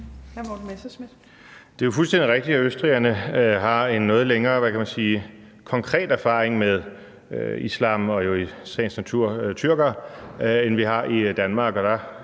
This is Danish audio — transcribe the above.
Det er jo fuldstændig rigtigt, at østrigerne har en noget længere – hvad kan man sige – konkret erfaring med islam og i sagens natur tyrkere, end vi har i Danmark.